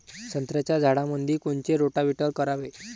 संत्र्याच्या झाडामंदी कोनचे रोटावेटर करावे?